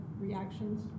reactions